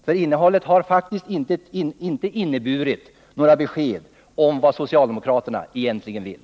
Hans inlägg har inte givit några besked om vad socialdemokraterna egentligen vill.